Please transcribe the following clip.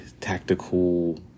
tactical